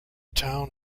town